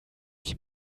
die